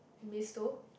miss though